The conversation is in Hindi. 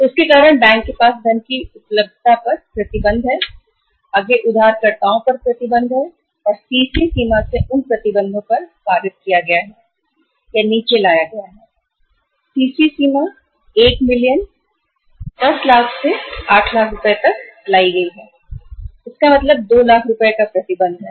और इसके कारण बैंकों के पास धन की उपलब्धता पर प्रतिबंध है आगे उधारकर्ताओं और सीसी सीमा से उन प्रतिबंधों पर पारित कर दिया गया है सीसी सीमा को प्रतिबंधित किया गया है या नीचे लाया गया है सीसी सीमा को एक मिलियन यानी 10 लाख से आठ लाख तक लाया गया है यह इसका मतलब 2 लाख रुपये का प्रतिबंध है